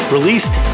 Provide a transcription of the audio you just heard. Released